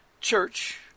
church